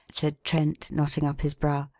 said trent, knotting up his brow.